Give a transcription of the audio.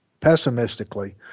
pessimistically